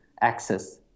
access